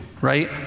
right